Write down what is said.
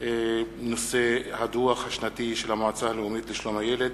הדוח השנתי של המועצה הלאומית לשלום הילד,